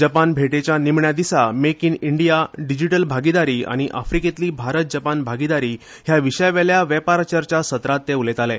जपान भेटेच्या निमण्या दिसा मेक इन इंडिया डिजिटल भागीदारी आनी आफ्रिकेतली भारत जपान भागीदारी ह्या विशयावेल्या वेपार चर्चा सत्रांत ते उलयताले